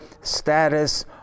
status